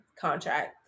contract